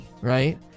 right